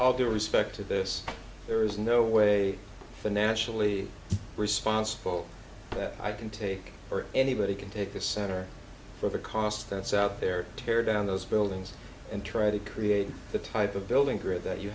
all due respect to this there is no way financially responsible that i can take or anybody can take the center for the cost that's out there tear down those buildings and try to create the type of building grid that you